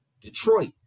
Detroit